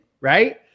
right